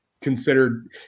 considered –